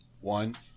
One